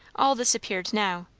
all this appeared now.